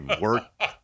work